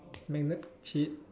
magnet chip